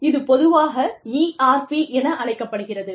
இது பொதுவாக ERP என அழைக்கப்படுகிறது